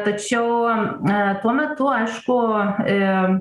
tačiau a tuo metu aišku i